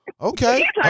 Okay